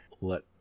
let